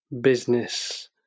business